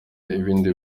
ibindi